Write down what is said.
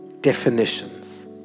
definitions